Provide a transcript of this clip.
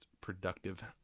productive